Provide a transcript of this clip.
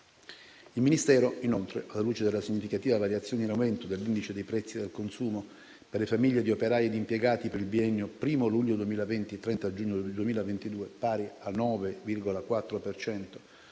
Il Ministero, inoltre, alla luce della significativa variazione in aumento dell'indice dei prezzi del consumo per le famiglie di operai ed impiegati per il biennio 1° luglio 2020 - 30 giugno 2022, pari al 9,4